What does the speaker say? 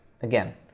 again